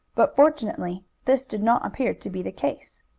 but fortunately this did not appear to be the case.